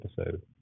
episode